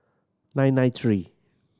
nine nine three